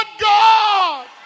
God